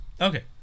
Okay